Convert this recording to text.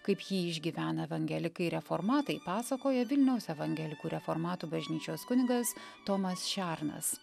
kaip jį išgyvena evangelikai reformatai pasakoja vilniaus evangelikų reformatų bažnyčios kunigas tomas šernas